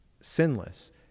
sinless